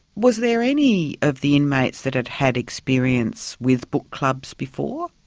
was there any of the inmates that had had experience with book clubs before?